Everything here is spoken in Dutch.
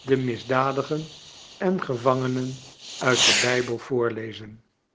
de misdadigen en gevangenen uit den bijbel voorlezen